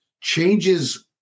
changes